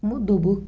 تِمَو دوٚپُکھ